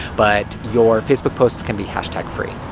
but your facebook posts can be hashtag-free.